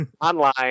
online